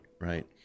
Right